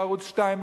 בערוץ-2,